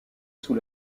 sous